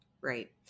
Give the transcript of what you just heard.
Right